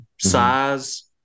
size